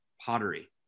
pottery